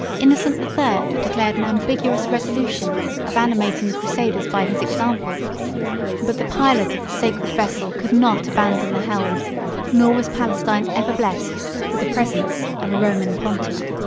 innocent the third declared an ambiguous resolution of animating the crusaders by his example but the pilot of the sacred vessel could not abandon the helm nor was palestine ever blessed with the presence of a roman pontiff.